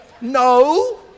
No